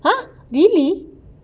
!huh! really